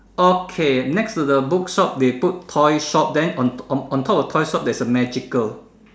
okay next to the book shop they put toy shop then on on on top of toy shop there is a magical